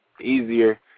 easier